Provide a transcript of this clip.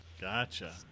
Gotcha